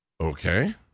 Okay